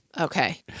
okay